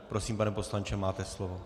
Prosím, pane poslanče, máte slovo.